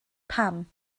pam